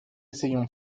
essayons